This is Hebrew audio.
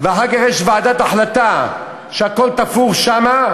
ואחר כך יש ועדת החלטה, שהכול תפור שם,